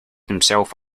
himself